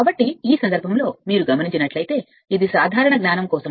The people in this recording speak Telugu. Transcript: కాబట్టి ఈ సందర్భంలో మీరు చూస్తే ఇది సాధారణ జ్ఞానం కోసం